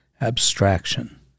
abstraction